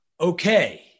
okay